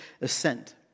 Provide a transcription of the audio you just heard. assent